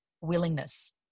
willingness